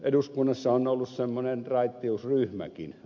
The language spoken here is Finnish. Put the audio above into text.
eduskunnassa on ollut semmoinen raittiusryhmäkin